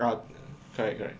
ah correct correct